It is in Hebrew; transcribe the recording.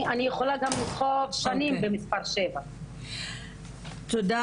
אני יכולה גם להיות שנים במס' 7. תודה,